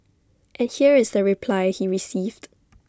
and here is the reply he received